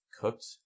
cooked